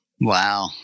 Wow